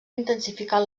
intensificar